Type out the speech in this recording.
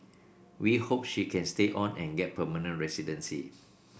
we hope she can stay on and get permanent residency